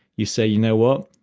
you say, you know what,